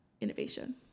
innovation